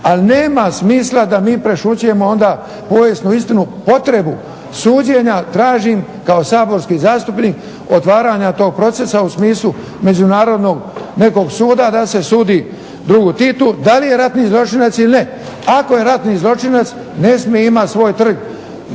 Ali nema smisla da mi prešućujemo onda povijesnu istinu, potrebu suđenja tražim kao saborski zastupnik otvaranja tog procesa u smislu međunarodnog nekog suda da se sudi drugu Titu da li je ratni zločinac ili ne. Ako je ratni zločinac ne smije imati svoj trg